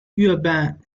urbain